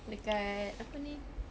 dekat apa ni